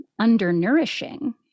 undernourishing